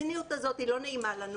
הציניות הזו היא לא נעימה לנו.